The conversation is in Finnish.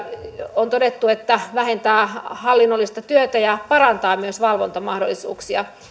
on todettu että se vähentää hallinnollista työtä ja parantaa myös valvontamahdollisuuksia